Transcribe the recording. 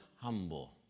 humble